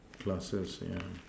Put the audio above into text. classes yeah